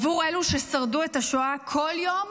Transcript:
עבור אלו ששרדו את השואה כל יום